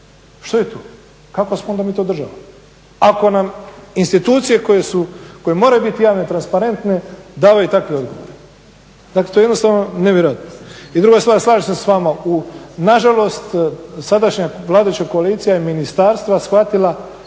što je tu, kakva smo onda mi to država. Ako nam institucije koje su, koje moraju biti javne i transparentne daju takve odgovore. Dakle, to je jednostavno nevjerojatno. I druga stvar, slažem se s vama u, nažalost sadašnja vladajuća koalicija je ministarstva shvatila